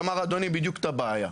אדוני אמר בדיוק את הבעיה.